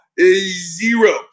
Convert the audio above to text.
Zero